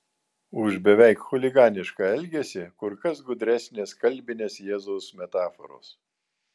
už beveik chuliganišką elgesį kur kas gudresnės kalbinės jėzaus metaforos